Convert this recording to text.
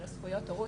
של זכויות הורות,